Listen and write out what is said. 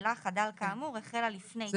שבשלה חדל כאמור החלה לפני תקופת הזכאות.